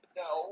no